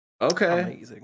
Okay